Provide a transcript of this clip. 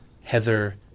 Heather